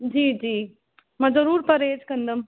जी जी मां ज़रूरु परहेज कंदमि